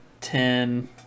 ten